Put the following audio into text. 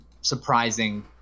surprising